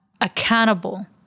accountable